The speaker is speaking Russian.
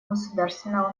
государственного